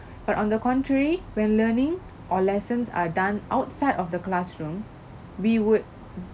but on the contrary when learning or lessons are done outside of the classroom we would